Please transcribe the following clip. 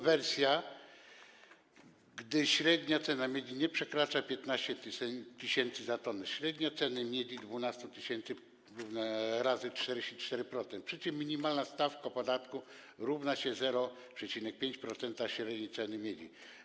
Wersja druga, gdy średnia cena miedzi nie przekracza 15 tys. za tonę - średnia cena miedzi 12 tys. pomnożona przez 44%, przy czym minimalna stawka podatku równa się 0,5% średniej ceny miedzi.